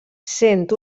sent